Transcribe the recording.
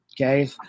Okay